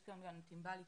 יש כאן גם את ענבל איתי,